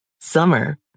Summer